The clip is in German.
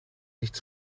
nichts